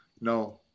no